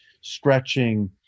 stretching